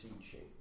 teaching